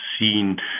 seen